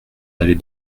d’aller